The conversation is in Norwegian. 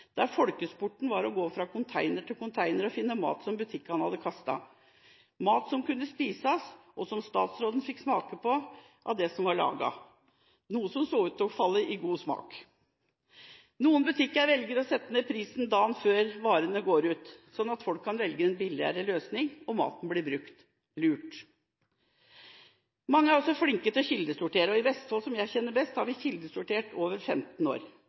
der en så at folkesporten var å gå fra container til container for å finne mat som butikkene hadde kastet – mat som kunne spises. Statsråden fikk smake på det som var laget, noe som så ut til å falle i god smak. Noen butikker velger å sette ned prisen dagen før varene går ut på dato, sånn at folk kan velge en billigere løsning, og at maten blir brukt – lurt! Mange er også flinke til å kildesortere, og i Vestfold, som jeg kjenner best, har vi kildesortert i over 15 år.